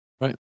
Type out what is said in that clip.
Right